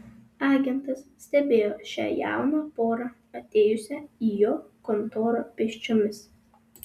agentas stebėjo šią jauną porą atėjusią į jo kontorą pėsčiomis